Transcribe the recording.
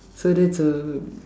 so that's a